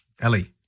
Ellie